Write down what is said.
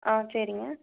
ஆ சரிங்க